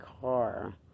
car